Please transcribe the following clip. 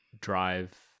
drive